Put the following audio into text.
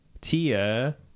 Tia